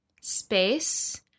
space